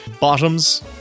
Bottoms